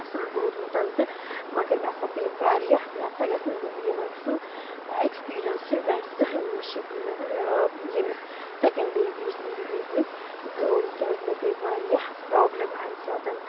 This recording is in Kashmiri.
اَصٕل روٗدمُت تہٕ مگر مےٚ ہَسا پیٚیہِ واریاہ مےٚ ہَسا گَژھِ نہٕ زِندگی منٛز سُہ ایٚکٕسپیٖریَنٕس سُہ اِوٮ۪نٹ زٕہٕنۍ مُشِتھ یہِ مےٚ ییٚمِس سٮ۪کَنٛڈ بیبی سٕنٛدۍ وِزِ گوٚو کیٛازِ مےٚ پیٚیہِ واریاہ پرٛابلِم اَمہِ ساتہٕ